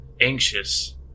anxious